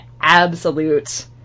absolute